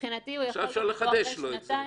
עכשיו אפשר לחדש לו את זה.